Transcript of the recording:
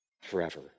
forever